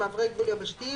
מעברי גבול יבשתיים,